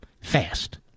fast